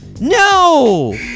No